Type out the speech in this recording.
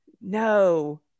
no